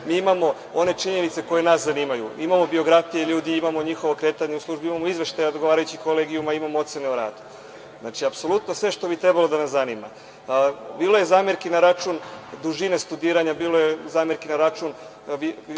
imamo one činjenice koje nas zanimaju. Imamo biografije ljudi, imamo njihova kretanja u službi, imamo izveštaje odgovarajućih kolegijuma, imamo ocene o radu. Znači, apsolutno sve što bi trebalo da nas zanima. Bilo je zamerki na račun dužine studiranja, bilo je zamerki na račun